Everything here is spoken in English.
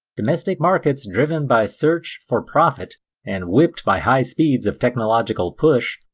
domestic markets driven by search for profit and whipped by high speeds of technological push,